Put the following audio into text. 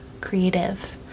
creative